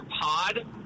pod